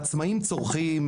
העצמאים צורכים,